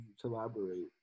collaborate